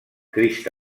crist